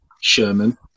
sherman